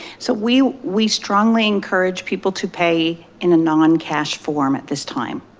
so we we strongly encourage people to pay in a non cash form at this time.